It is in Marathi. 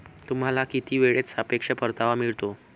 तुम्हाला किती वेळेत सापेक्ष परतावा मिळतो?